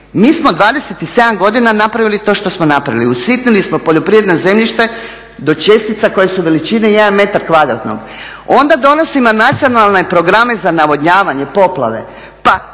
Mi smo 27 godina napravili to što smo napravili. Usitnili smo poljoprivredno zemljište do čestica koje su veličine jednog metra kvadratnog. Onda donosimo nacionalne programe za navodnjavanje, poplave.